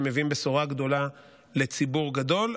שמביאים בשורה גדולה לציבור גדול.